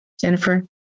Jennifer